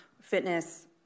fitness